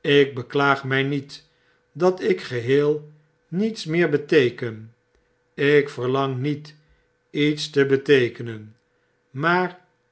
ik beklaag my niet dat ik geheel niets meer beteeken ik verlang niet iets te beteekenen maar